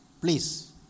Please